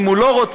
אם הוא לא רוצה,